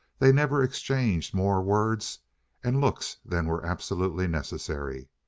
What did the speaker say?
they never exchanged more words and looks than were absolutely necessary.